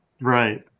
Right